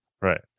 Right